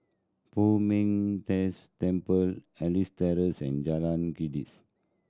Poh Ming Tse Temple Elias Terrace and Jalan